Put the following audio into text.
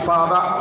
Father